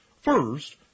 First